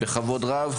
בכבוד רב,